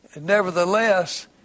Nevertheless